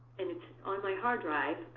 and it's on my hard drive,